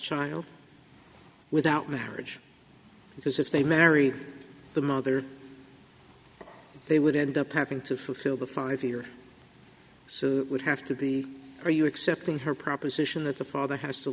child without marriage because if they marry the mother they would end up having to fulfill the five year so it would have to be are you accepting her proposition that the father has to